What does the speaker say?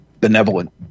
benevolent